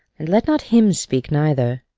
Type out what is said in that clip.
and let not him speak neither.